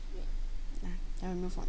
then we move on